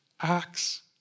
Acts